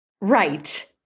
Right